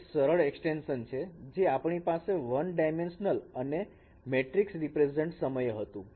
આ એક સરળ એક્સ્ટેંશન છે જે આપણી પાસે 1 ડાયમેન્શનલ અને મેટ્રિક રીપ્રેઝન્ટેશન સમયે હતું